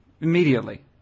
immediately